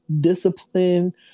discipline